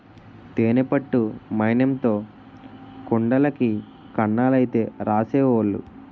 తేనె పట్టు మైనంతో కుండలకి కన్నాలైతే రాసేవోలు